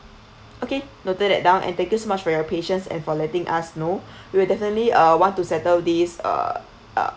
okay noted that down and thank you so much for your patience and for letting us know we'll definitely uh want to settle this uh uh